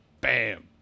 bam